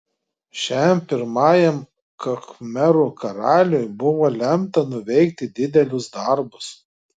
šiam pirmajam khmerų karaliui buvo lemta nuveikti didelius darbus